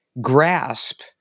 grasp